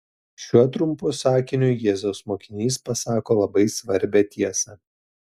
šiuo trumpu sakiniu jėzaus mokinys pasako labai svarbią tiesą